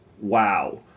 Wow